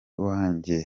wanjye